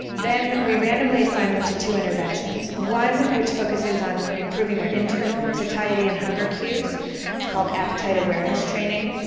then we randomly assigned them to two interventions, one which focuses on improving their internal satiety and hunger cues called appetite awareness training.